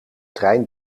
trein